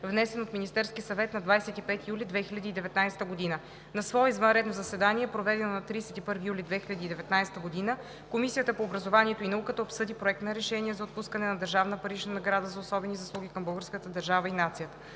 внесен от Министерския съвет на 25 юли 2019 г. На свое извънредно заседание, проведено на 31 юли 2019 г., Комисията по образованието и науката обсъди Проект на решение за отпускане на държавна парична награда за особени заслуги към българската държава и нацията.